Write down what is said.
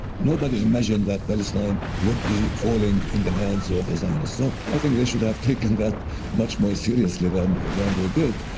nobody imagined that palestine would be falling in the hands of the zionists, so i think they should have taken that much more seriously than than they did,